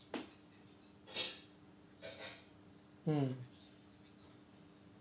mm